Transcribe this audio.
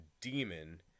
demon